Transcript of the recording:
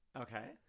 Okay